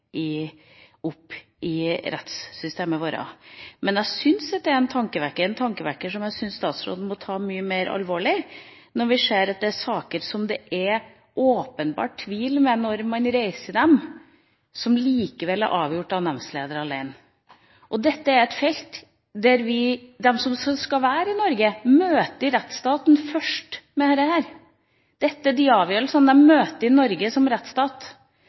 i rettssystemet vårt. Men jeg syns det er en tankevekker som statsråden må ta mye mer alvorlig, når vi ser at det er saker som det åpenbart er tvil ved når man reiser dem, som likevel er avgjort av nemndsleder alene. Dette er et felt der de som skal være i Norge, møter rettsstaten først. Dette er de avgjørelsene de møter i Norge som rettsstat. Dette er der vi setter eksempler på hva slags idealer vi har i vårt land – hva vi bygger vår rettsstat